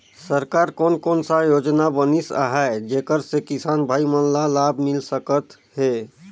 सरकार कोन कोन सा योजना बनिस आहाय जेकर से किसान भाई मन ला लाभ मिल सकथ हे?